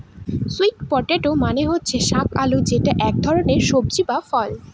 sweet potato মানে হচ্ছে শাক আলু যেটা এক ধরনের সবজি বা ফল